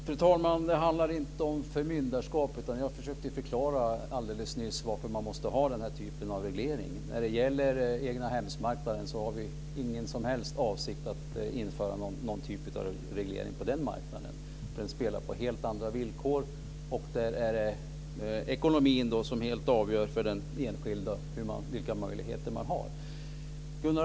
Fru talman! Det handlar inte om förmyndarskap, utan jag försökte alldeles nyss förklara varför man måste ha den här typen av reglering. På egnahemsmarknaden har vi ingen som helst avsikt att införa någon typ av reglering. Den spelar på helt andra villkor. Där är det ekonomin som helt avgör vilka möjligheter den enskilde har.